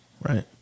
Right